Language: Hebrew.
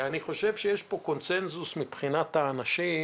אני חושב שיש פה קונצנזוס מבחינת האנשים,